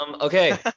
okay